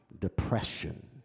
depression